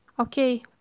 Okay